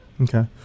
Okay